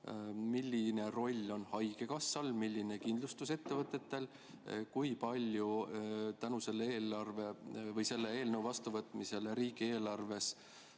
milline roll on haigekassal, milline kindlustusettevõtetel? Kui palju tänu selle eelnõu vastuvõtmisele riigieelarvest,